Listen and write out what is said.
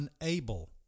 unable